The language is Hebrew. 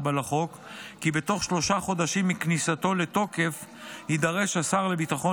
לחוק כי בתוך שלושה חודשים מכניסתו לתוקף יידרש השר לביטחון